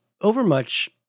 overmuch